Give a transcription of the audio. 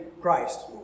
Christ